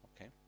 Okay